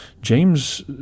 James